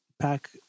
pack